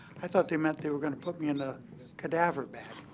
i thought they meant they were going to put me in a cadaver bag.